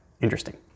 Interesting